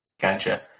Gotcha